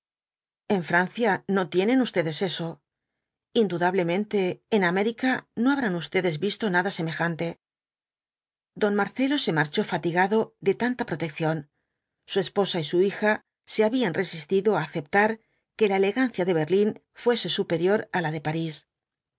en francia no tienen ustedes eso indudablemente en américa no habrán ustedes visto nada semejante don marcelo se marchó fatigado de tanta protección su esposa y su hija se habían resistido á aceptar que la elegancia de berlín fuese superior á la de parís